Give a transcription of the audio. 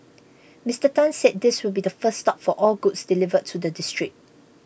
Mister Tan said this will be the first stop for all goods delivered to the district